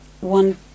one